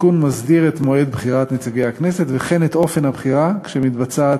התיקון מסדיר את מועד בחירת נציגי הכנסת וכן את אופן הבחירה כשמתבצעת